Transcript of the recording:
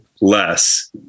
less